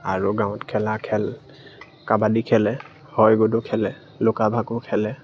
আৰু গাঁৱত খেলা খেল কাবাডী খেলে হৈগুদু খেলে লুকা ভাকু খেলে